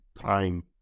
time